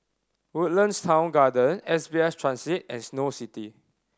Woodlands Town Garden S B S Transit and Snow City